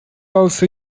also